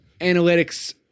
analytics